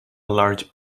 large